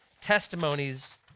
testimonies